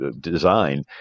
design